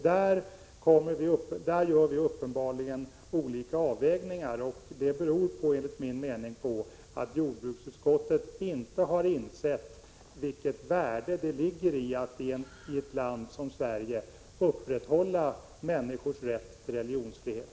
Där har vi uppenbarligen olika uppfattning, och det beror enligt min mening på att Karl Erik Olsson och jordbruksutskottet inte har insett vilket värde det ligger i att slå vakt om människors rätt till religionsfrihet.